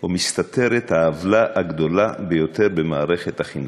או מסתתרת העוולה הגדולה ביותר במערכת החינוך,